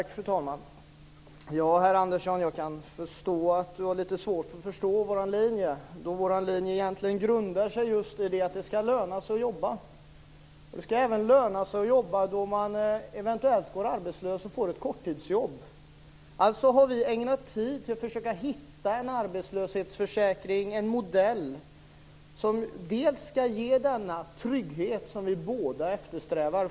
Fru talman! Jag kan förstå att herr Andersson har svårt att förstå vår linje. Vår linje grundar sig på att det ska löna sig att jobba. Det ska även löna sig att jobba då man eventuellt går arbetslös och får ett korttidsjobb. Alltså har vi ägnat tid åt att försöka hitta en modell till en arbetslöshetsförsäkring som bl.a. ska ge denna trygghet som vi båda eftersträvar.